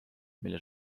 mille